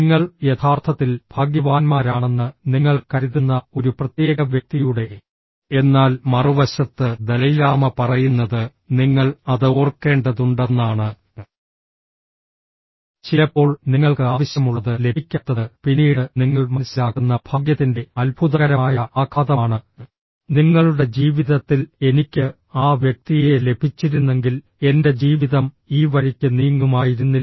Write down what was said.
നിങ്ങൾ യഥാർത്ഥത്തിൽ ഭാഗ്യവാന്മാരാണെന്ന് നിങ്ങൾ കരുതുന്ന ഒരു പ്രത്യേക വ്യക്തിയുടെ എന്നാൽ മറുവശത്ത് ദലൈലാമ പറയുന്നത് നിങ്ങൾ അത് ഓർക്കേണ്ടതുണ്ടെന്നാണ് ചിലപ്പോൾ നിങ്ങൾക്ക് ആവശ്യമുള്ളത് ലഭിക്കാത്തത് പിന്നീട് നിങ്ങൾ മനസ്സിലാക്കുന്ന ഭാഗ്യത്തിന്റെ അത്ഭുതകരമായ ആഘാതമാണ് നിങ്ങളുടെ ജീവിതത്തിൽ എനിക്ക് ആ വ്യക്തിയെ ലഭിച്ചിരുന്നെങ്കിൽ എന്റെ ജീവിതം ഈ വഴിക്ക് നീങ്ങുമായിരുന്നില്ല